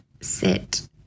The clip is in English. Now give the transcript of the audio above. sit